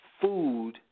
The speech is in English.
food